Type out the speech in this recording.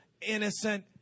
innocent